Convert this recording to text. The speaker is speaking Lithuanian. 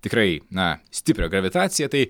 tikrai na stiprią gravitaciją tai